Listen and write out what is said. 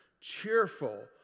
cheerful